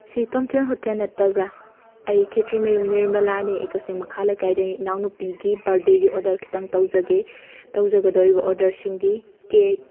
ꯁꯤ ꯇꯣꯝꯊꯤꯟ ꯍꯣꯇꯦꯜ ꯅꯠꯇꯕ꯭ꯔꯥ ꯑꯩ ꯈꯦꯇ꯭ꯔꯤꯃꯌꯨꯝ ꯅꯤꯔꯃꯂꯥꯅꯤ ꯑꯩ ꯀꯛꯆꯤꯡ ꯃꯈꯥ ꯂꯩꯀꯥꯏꯗꯩ ꯏꯅꯥꯎꯅꯨꯄꯤꯒꯤ ꯕꯥꯔꯗꯦꯒꯤ ꯑꯣꯔꯗꯔ ꯈꯤꯇꯪ ꯇꯧꯖꯒꯦ ꯇꯧꯖꯒꯗꯧꯔꯤꯕ ꯑꯣꯔꯗꯔꯁꯤꯡꯗꯤ ꯀꯦꯛ